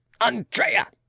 Andrea